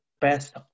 best